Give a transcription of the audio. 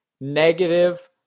negative